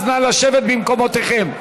אז נא לשבת במקומותיכם.